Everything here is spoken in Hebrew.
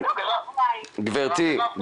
גבירתי,